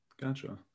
gotcha